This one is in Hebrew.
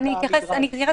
אני מבינה